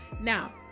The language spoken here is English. Now